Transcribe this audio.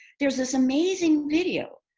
there's this amazing video,